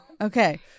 okay